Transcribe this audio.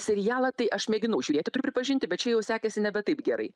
serialą tai aš mėginau žiūrėti turiu pripažinti bet čia jau sekėsi nebe taip gerai